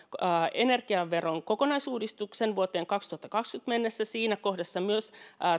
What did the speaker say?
energiaveron kokonaisuudistuksen vuoteen kaksituhattakaksikymmentä mennessä siinä kohdassa varmaan myös